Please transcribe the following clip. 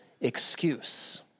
excuse